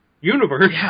universe